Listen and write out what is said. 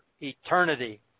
eternity